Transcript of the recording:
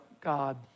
God